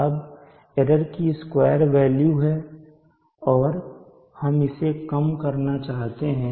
अब एरर की square value है और हम इसे कम करना चाहते हैं